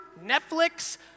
Netflix